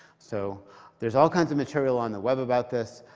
so there's all kinds of material on the web about this.